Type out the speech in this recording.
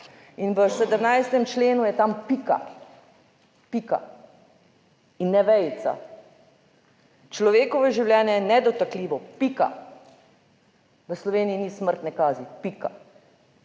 In v 17. členu je tam pika, pika in ne vejica. Človekovo življenje je nedotakljivo. Pika. V Sloveniji ni smrtne kazni. Pika.